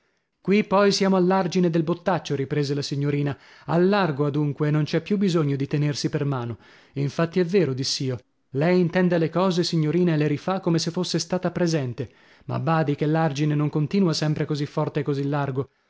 qui poi siamo all'argine del bottaccio riprese la signorina al largo adunque e non c'è più bisogno di tenersi per mano infatti è vero diss'io lei intende le cose signorina e le rifà come se fosse stata presente ma badi che l'argine non continua sempre così forte e così largo